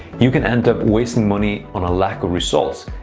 you can end up wasting money on a lack of results,